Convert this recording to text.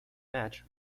match